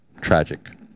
Tragic